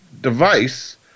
device